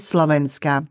Slovenska